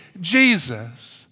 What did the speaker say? Jesus